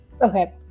Okay